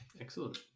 excellent